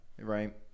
right